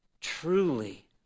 truly